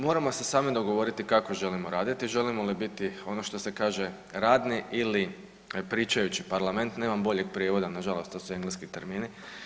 Moramo se sami dogovoriti kako želimo raditi, želimo li biti ono što se kaže radni ili pričajući parlament, nemam boljeg prijevoda, nažalost to su engleski termini.